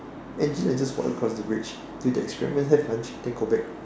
engine I just walk across the bridge do the experiment have lunch then go back